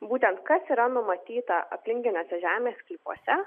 būtent kas yra numatyta aplinkiniuose žemės sklypuose